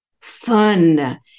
Fun